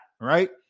right